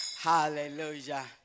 hallelujah